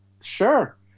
Sure